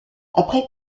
après